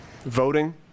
voting